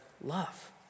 Love